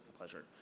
pleasure.